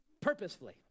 purposefully